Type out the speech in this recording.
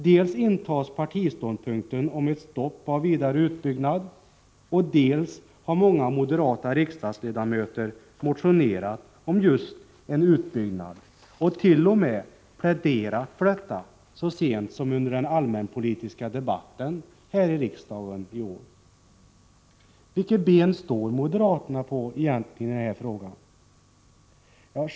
Dels intas partiståndpunkten om ett stopp för vidare utbyggnad, dels har många moderata riksdagsledamöter motionerat om just en utbyggnad och t.o.m. pläderat för detta så sent som under den allmänpolitiska debatten här i riksdagen i år. Vilket ben står moderaterna egentligen på i denna fråga?